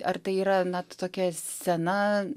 ar tai yra na tokia sena